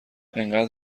انقد